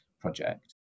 project